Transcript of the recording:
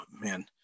man